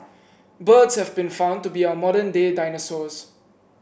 birds have been found to be our modern day dinosaurs